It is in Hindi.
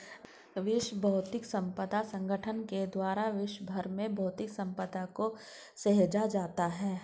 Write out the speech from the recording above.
विश्व बौद्धिक संपदा संगठन के द्वारा विश्व भर में बौद्धिक सम्पदा को सहेजा जाता है